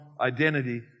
identity